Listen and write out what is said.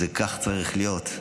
וכך זה צריך להיות.